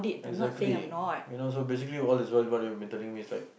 exactly you know so basically all is well what you've been telling me is like